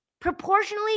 Proportionally